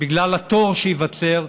בגלל התור שייווצר,